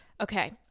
Okay